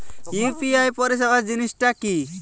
UPI পরিসেবা জিনিসটা কি?